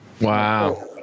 wow